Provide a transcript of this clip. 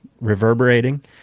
reverberating